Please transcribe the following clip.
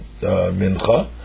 mincha